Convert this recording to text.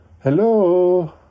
Hello